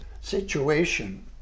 situation